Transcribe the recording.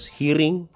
hearing